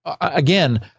again